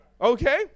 okay